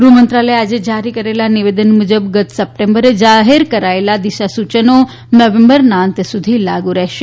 ગૃહમંત્રાલયે આજે જારી કરેલા નિવેદન મુજબ ગત સપ્ટેમ્બરે જાહેર કરેલા દિશાસૂચનો નવેંબરના અંત સુધી લાગુ રહેશે